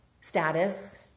status